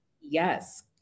Yes